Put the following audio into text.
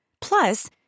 Plus